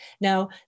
Now